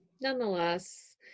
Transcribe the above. nonetheless